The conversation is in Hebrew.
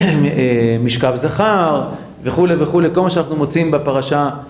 משכב זכר וכולי וכולי, כל מה שאנחנו מוצאים בפרשה